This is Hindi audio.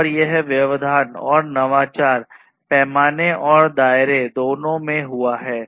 और यह व्यवधान और नवाचार पैमाने और दायरे दोनों में हुआ है